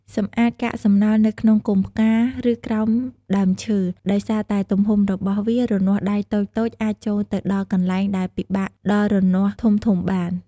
សម្អាតកាកសំណល់នៅក្នុងគុម្ពផ្កា ឬក្រោមដើមឈើ ដោយសារតែទំហំរបស់វា រនាស់ដៃតូចៗអាចចូលទៅដល់កន្លែងដែលពិបាកដល់រនាស់ធំៗបាន។